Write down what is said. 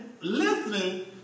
listening